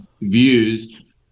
views